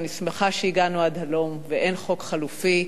אני שמחה שהגענו עד הלום ואין חוק חלופי,